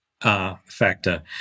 factor